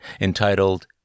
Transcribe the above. entitled